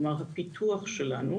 כלומר, הפיתוח שלנו